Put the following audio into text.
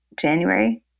January